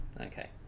okay